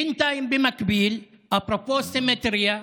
בינתיים, במקביל, אפרופו סימטריה,